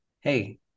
hey